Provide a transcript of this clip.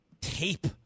tape